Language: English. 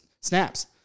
snaps